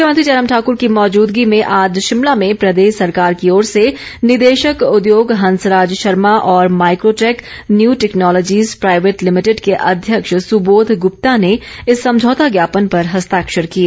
मुख्यमंत्री जयराम ठाकर की मौजूदगी में आज शिमला में प्रदेश सरकार की ओर से निदेशक उद्योग हंसराज शर्मा और Mycotech new technologies private limited के अध्यक्ष सुबोध गुप्ता ने इस समझौता ज्ञापन पर हस्ताक्षर किए